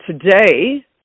Today